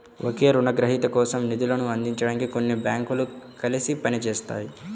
ఒకే రుణగ్రహీత కోసం నిధులను అందించడానికి కొన్ని బ్యాంకులు కలిసి పని చేస్తాయి